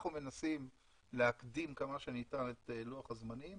אנחנו מנסים להקדים כמה שניתן את לוח הזמנים